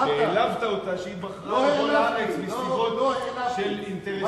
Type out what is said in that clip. העלבת אותה שהיא בחרה לבוא לארץ מסיבות של אינטרסנטים,